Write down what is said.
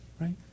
right